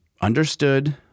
understood